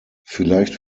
vielleicht